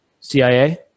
CIA